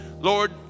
Lord